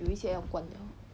有一些要关了